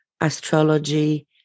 astrology